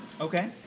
okay